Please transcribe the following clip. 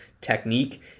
technique